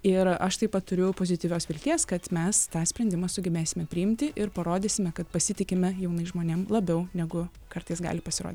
ir aš taip pat turiu pozityvios vilties kad mes tą sprendimą sugebėsime priimti ir parodysime kad pasitikime jaunais žmonėm labiau negu kartais gali pasirodyti